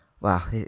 wow